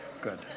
Good